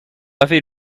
avait